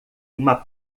uma